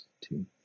two